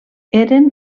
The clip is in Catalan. eren